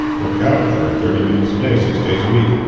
work out for thirty minutes a day, six days a week.